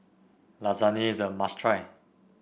Lasagne is a must try